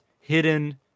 hidden